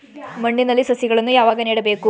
ಮಣ್ಣಿನಲ್ಲಿ ಸಸಿಗಳನ್ನು ಯಾವಾಗ ನೆಡಬೇಕು?